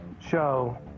show